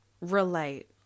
relate